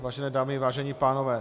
Vážené dámy, vážení pánové.